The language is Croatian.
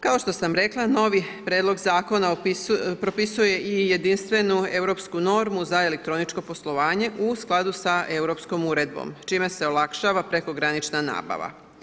Kao što sam rekla, novi prijedlog zakona propisuje i jedinstvenu Europsku normu za elektroničko poslovanje u skladu sa Europskom uredbom čime se olakšava prekogranična nabava.